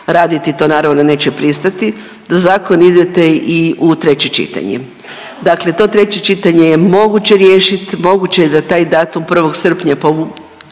raditi to naravno neće pristati, da zakon idete i u treće čitanje. Dakle, to treće čitanje je moguće riješiti, moguće je da taj datum 1. srpnja povučete